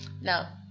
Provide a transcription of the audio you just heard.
Now